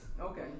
Okay